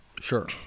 Sure